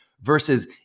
Versus